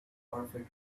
perfect